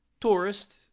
Tourist